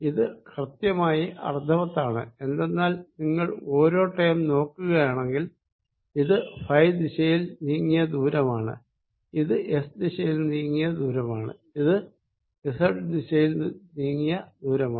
ഇത് കൃത്യമായി അർത്ഥവത്താണ് എന്തെന്നാൽ നിങ്ങൾ ഓരോ ടേം നോക്കുകയാണെങ്കിൽ ഇത് ഫൈ ദിശയിൽ നീങ്ങിയ ദൂരമാണ് ഇത് എസ് ദിശയിൽ നീങ്ങിയ ദൂരമാണ് ഇത് സെഡ് ദിശയിൽ നീങ്ങിയ ദൂരമാണ്